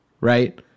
right